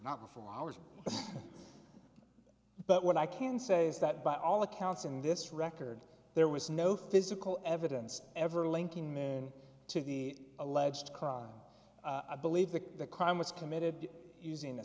not for long hours but what i can say is that by all accounts in this record there was no physical evidence ever linking men to the alleged crime i believe that the crime was committed using a